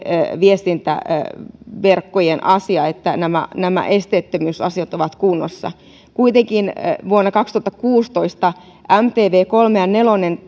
viestintäverkkojen asia että nämä nämä esteettömyysasiat ovat kunnossa kuitenkin vuonna kaksituhattakuusitoista mtv kolme ja nelonen